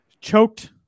choked